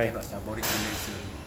cannot sia boring gila [siol]